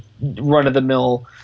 run-of-the-mill